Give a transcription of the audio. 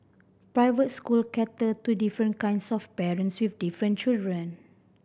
private school cater to different kinds of parents with different children